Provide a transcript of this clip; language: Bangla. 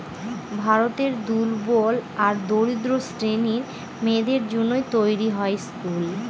ভারতের দুর্বল আর দরিদ্র শ্রেণীর মেয়েদের জন্য তৈরী হয় স্কুল